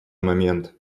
момент